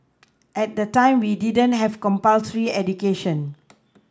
at that time we didn't have compulsory education